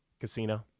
Casino